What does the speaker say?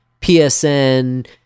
PSN